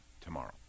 tomorrow